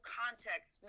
context